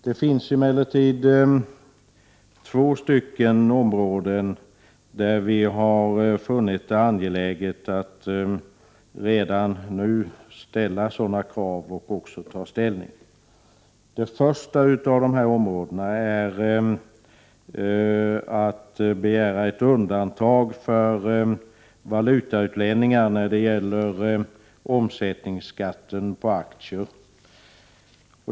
Det finns emellertid två punkter på vilka vi har funnit det angeläget att redan nu ställa sådana krav och också ta ställning. Den första av dessa punkter rör en begäran av undantag för valutautlänningar när det gäller omsättningsskatten på aktier.